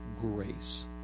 grace